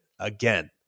Again